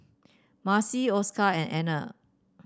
Marcie Oscar and Anna